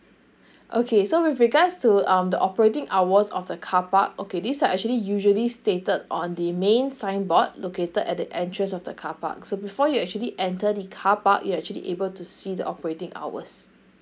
okay so with regards to um the operating hours of the car park okay these are actually usually stated on the main signboard located at the entrance of the carpark so before you actually enter the carpark you actually able to see the operating hours